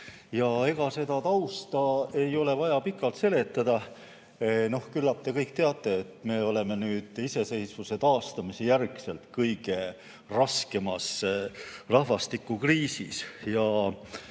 Ja ega seda tausta ei ole vaja pikalt seletada. Küllap te kõik teate, et me oleme iseseisvuse taastamise järgselt kõige raskemas rahvastikukriisis.